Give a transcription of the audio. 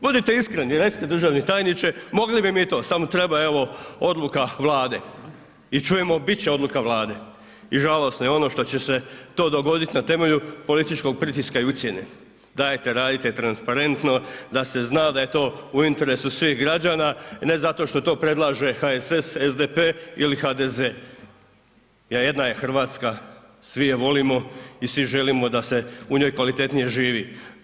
Budite iskreni i recite državni tajniče, mogli mi to samo treba evo odluka Vlade i čujemo bit će odluka Vlade i žalosno je ono što će se to dogodit na temelju političkog pritiska i ucjene, dajte radite transparentno da se zna da je to u interesu svih građana, ne zato što to predlaže HSS, SDP ili HDZ jer jedna je RH, svi je volimo i svi želimo da se u njoj kvalitetnije živi.